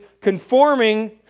conforming